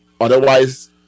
otherwise